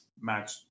match